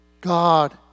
God